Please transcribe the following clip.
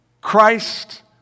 Christ